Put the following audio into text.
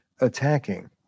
attacking